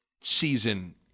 season